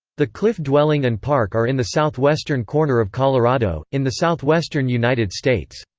the cliff dwelling and park are in the southwestern corner of colorado, in the southwestern united states.